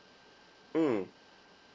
mm